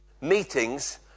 meetings